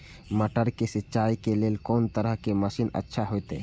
मटर के सिंचाई के लेल कोन तरह के मशीन अच्छा होते?